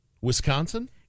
Wisconsin